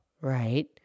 Right